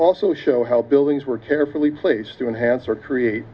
also show how buildings were carefully placed to enhance or create